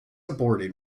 aborted